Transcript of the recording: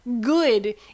good